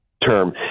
term